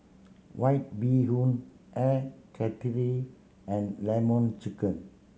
White Bee Hoon Air Karthira and Lemon Chicken